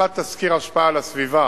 עריכת תסקיר השפעה על הסביבה